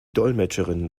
dolmetscherin